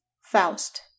Faust